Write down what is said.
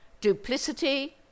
Duplicity